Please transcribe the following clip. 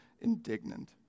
indignant